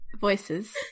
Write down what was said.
voices